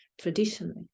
Traditionally